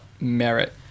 Merit